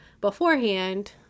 beforehand